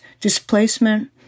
displacement